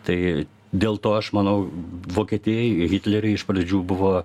tai dėl to aš manau vokietijai hitleriui iš pradžių buvo